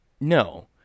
No